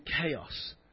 chaos